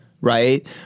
right